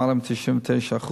למעלה מ-99%,